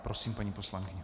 Prosím, paní poslankyně.